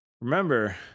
remember